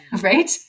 right